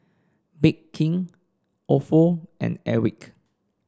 Bake King Ofo and Airwick